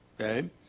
Okay